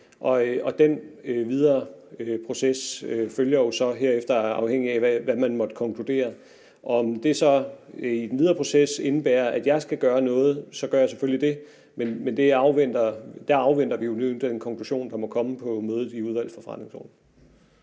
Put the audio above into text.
og den videre proces følger jo så herefter, afhængig af hvad man måtte konkludere. Om det så i den videre proces indebærer, at jeg skal gøre noget, så gør jeg selvfølgelig det. Men der afventer vi jo løbende den konklusion, der må komme på mødet i Udvalget for Forretningsordenen.